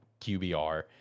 QBR